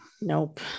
nope